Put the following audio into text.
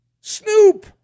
Snoop